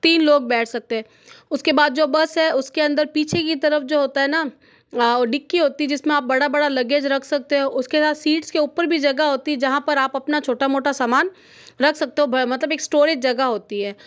तीन लोग बैठ सकते हैं उसके बाद जो बस है उसके अंदर पीछे की तरफ़ जो होता है ना डिक्की होती जिसमें आप बड़ा बड़ा लगेज रख सकते हो उसके साथ सीट्स के ऊपर भी जगह होती जहाँ पर आप अपना छोटा मोटा समान रख सकते हो मतलब एक इस्टोरेज जगह होती है